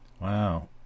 Wow